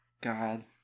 God